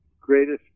greatest